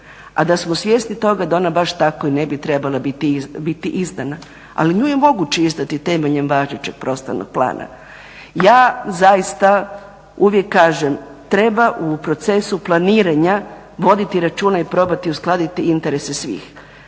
a da smo svjesni toga da ona baš tako i ne bi trebala biti izdana, ali nju je moguće izdati temeljem važećeg prostornog plana. Ja zaista uvijek kažem treba u procesu planiranja voditi računa i probati uskladiti interese svih.